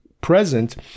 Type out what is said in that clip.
present